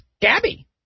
Gabby